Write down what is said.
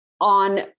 on